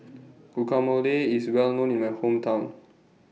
Guacamole IS Well known in My Hometown